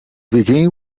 begin